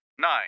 nine